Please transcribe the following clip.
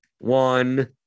one